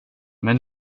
men